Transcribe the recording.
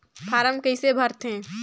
Form कइसे भरते?